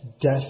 death